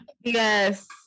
yes